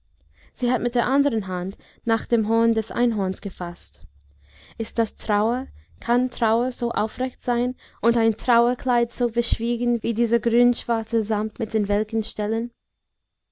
sie hat mit der anderen hand nach dem horn des einhorns gefaßt ist das trauer kann trauer so aufrecht sein und ein trauerkleid so verschwiegen wie dieser grünschwarze samt mit den welken stellen